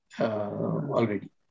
already